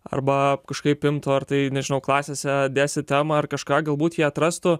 arba kažkaip imtų ar tai nežinau klasėse dėstyt temą ar kažką galbūt jie atrastų